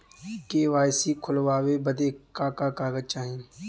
KYC खोलवावे बदे का का कागज चाही?